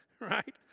Right